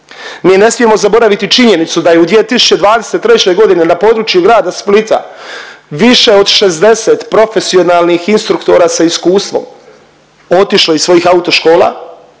mi ne smijemo zaboraviti činjenicu da je u 2023.g. na području grada Splita više od 60 profesionalnih instruktora sa iskustvom otišlo iz svojih autoškola